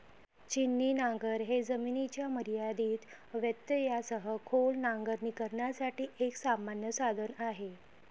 छिन्नी नांगर हे जमिनीच्या मर्यादित व्यत्ययासह खोल नांगरणी करण्यासाठी एक सामान्य साधन आहे